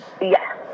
Yes